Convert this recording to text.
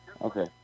Okay